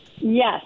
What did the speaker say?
Yes